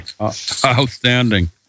Outstanding